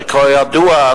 וכבר ידוע,